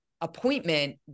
appointment